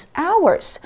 hours